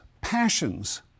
passions